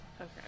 Okay